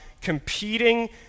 competing